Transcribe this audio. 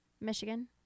Michigan